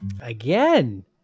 Again